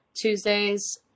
Tuesdays